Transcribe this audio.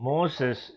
Moses